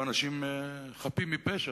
שהם היו אנשים חפים מפשע.